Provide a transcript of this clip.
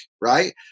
right